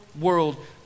world